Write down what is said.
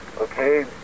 okay